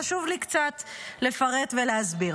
חשוב לי קצת לפרט ולהסביר.